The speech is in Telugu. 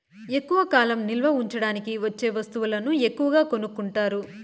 ఎక్కువ కాలం నిల్వ ఉంచడానికి వచ్చే వస్తువులను ఎక్కువగా కొనుక్కుంటారు